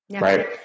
right